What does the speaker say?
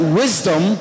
wisdom